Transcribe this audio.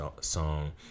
song